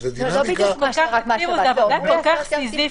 זו עבודה כל כך סיזיפית,